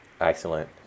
Excellent